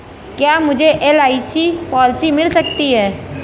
क्या मुझे एल.आई.सी पॉलिसी मिल सकती है?